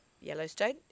Yellowstone